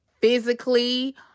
physically